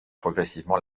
progressivement